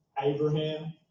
abraham